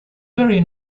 very